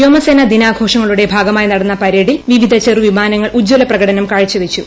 വ്യോമസേനാ ദിനാഘോഷങ്ങളുടെ ഭാഗമായി നടന്ന പരേഡിൽ വിവിധ ചെറുവിമാനങ്ങൾ ഉജ്ജ്വല പ്രകടനം കാഴ്ചവെച്ചു